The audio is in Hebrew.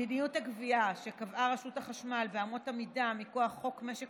מדיניות הגבייה שקבעה רשות החשמל ואמות המידה מכוח חוק משק